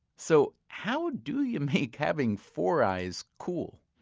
so how do you make having four eyes cool?